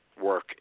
work